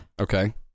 Okay